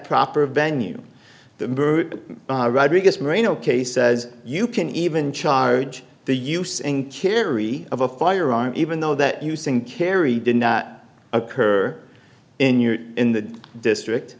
proper venue the rodriguez marino case says you can even charge the use in carry of a firearm even though that using carry didn't occur in your in the district